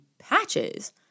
patches